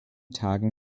tagen